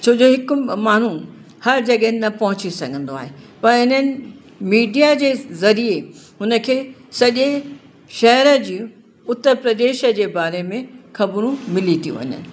छो जो हिकु माण्हू हर जॻहि न पहुची सघंदो आहे पर इन्हनि मीडिया जे ज़रिए उनखे सॼे शहर जूं उत्तर प्रदेश जे बारे में ख़बरूं मिली थी वञनि